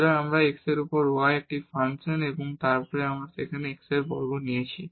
সুতরাং এটি x এর উপর y এর একটি ফাংশন এবং তারপর আমাদের সেখানে x বর্গ আছে